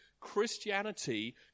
Christianity